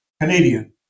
Canadian